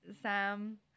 Sam